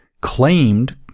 claimed